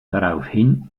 daraufhin